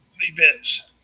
events